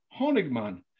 Honigman